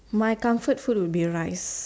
my comfort food would be a rice